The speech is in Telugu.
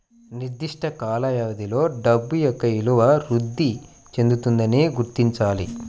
నిర్దిష్ట కాల వ్యవధిలో డబ్బు యొక్క విలువ వృద్ధి చెందుతుందని గుర్తించాలి